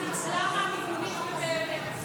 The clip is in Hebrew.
ניצלה מהמיגונית בבארי זה כבוד.